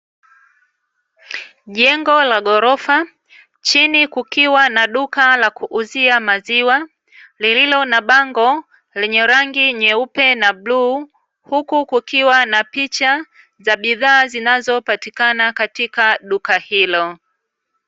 Jengo la ghorofa chini kukiwa na duka la kuuzia maziwa, lililo na bango lenye rangi nyeupe na bluu, huku kukiwa na picha za bidhaa zinazopatikana katika duka hilo.